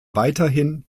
weiterhin